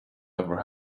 ever